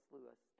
Lewis